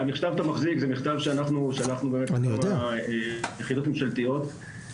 המכתב שאתה מחזיק זה מכתב שאנחנו שלחנו לכל היחידות הממשלתיות.